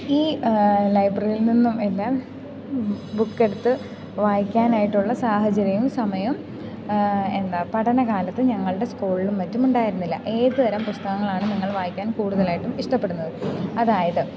ഈ ലൈബ്രറിയിൽ നിന്നും എല്ലാം ബുക്കെടുത്ത് വായിക്കാനായിട്ടുള്ള സാഹചര്യവും സമയം എന്താ പഠനകാലത്ത് ഞങ്ങളുടെ സ്കൂളിലും മറ്റുമുണ്ടായിരുന്നില്ല ഏതുതരം പുസ്തകങ്ങളാണ് ഞങ്ങൾ വായിക്കാൻ കൂടുതലായിട്ടും ഇഷ്ടപ്പെടുന്നത് അതായത്